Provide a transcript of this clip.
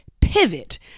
Pivot